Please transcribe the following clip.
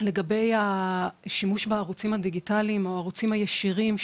לגבי השימוש בערוצים הדיגיטליים או הערוצים הישירים,